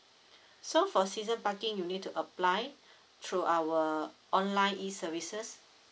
so for season parking you need to apply through our online E services